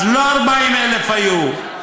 לא דיברתי על הגדר.